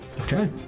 Okay